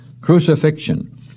Crucifixion